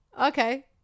okay